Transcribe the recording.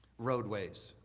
roadways.